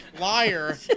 liar